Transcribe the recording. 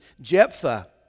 Jephthah